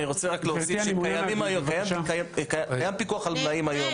אני רוצה רק להוסיף שקיים היום פיקוח היום,